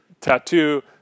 tattoo